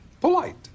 Polite